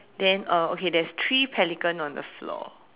then uh okay there's three pelican on the floor